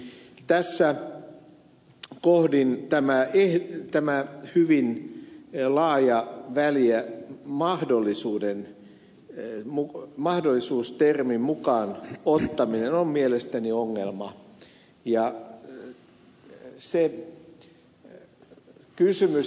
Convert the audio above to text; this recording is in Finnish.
tässä kohdin tämä hyvin laaja väljä mahdollisuus termin mukaan ottaminen on mielestäni ongelma